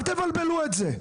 אל תבלבלו את זה.